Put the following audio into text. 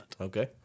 Okay